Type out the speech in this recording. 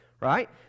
Right